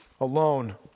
alone